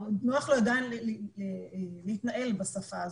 נוח לו עדיין להתנהל בשפה הזאת.